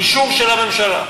אישור של הממשלה.